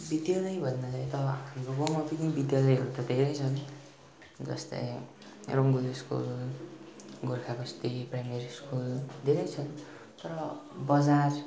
बिद्यालय भन्नाले त हाम्रो गाउँमा पनि बिद्यालयहरू त धेरै छन् र जस्तै Rangbul school Gorkha Basti primary school धेरै छन् तर बजार